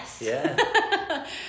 Yes